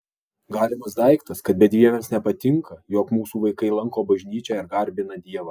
galimas daiktas kad bedieviams nepatinka jog mūsų vaikai lanko bažnyčią ir garbina dievą